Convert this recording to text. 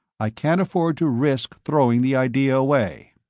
i can't afford to risk throwing the idea away.